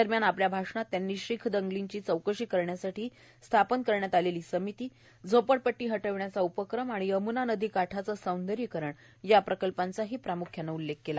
दरम्यानर आपल्या भाषणात त्यांनी शीख दंगलीची चौकशी करण्यासाठी स्थापण्यात आलेली समितीए झोपडपट्टी हटविण्याचा उपक्रम आणि यमुना नदीकाढाचं सौंदर्यीकरण या प्रकल्पांचाही उल्लेख केला